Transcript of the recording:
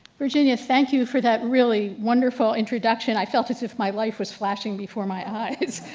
virginia thank you for that really wonderful introduction. i felt as if my life was flashing before my eyes.